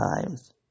times